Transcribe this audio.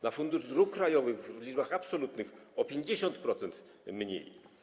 Na fundusz dróg krajowych w liczbach absolutnych - o 50% mniej.